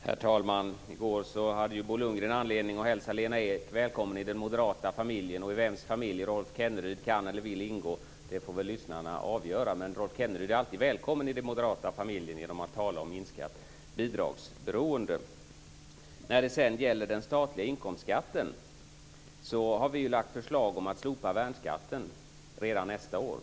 Herr talman! I går hade Bo Lundgren anledning att hälsa Lena Ek välkommen i den moderata familjen, och i vems familj Rolf Kenneryd kan eller vill ingå får väl lyssnarna avgöra. Men Rolf Kenneryd är alltid välkommen i den moderata familjen genom att tala om minskat bidragsberoende. När det sedan gäller den statliga inkomstskatten har vi lagt förslag om att slopa värnskatten redan nästa år.